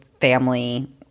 family –